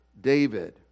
David